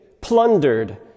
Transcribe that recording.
plundered